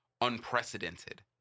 unprecedented